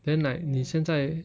then like 你现在